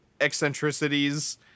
eccentricities